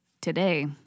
today